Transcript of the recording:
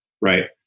Right